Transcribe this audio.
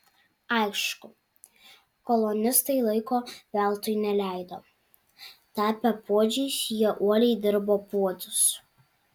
aišku kolonistai laiko veltui neleido tapę puodžiais jie uoliai dirbo puodus